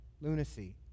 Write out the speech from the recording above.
lunacy